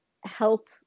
help